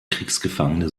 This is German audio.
kriegsgefangene